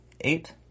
eight